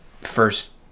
first